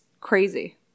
crazy